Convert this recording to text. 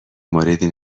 موردی